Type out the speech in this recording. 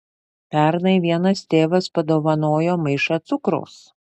pernai vienas tėvas padovanojo maišą cukraus